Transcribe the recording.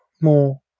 more